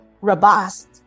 robust